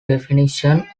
definition